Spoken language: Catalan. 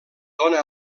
dóna